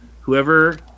whoever